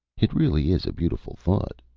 it really is a beautiful thought,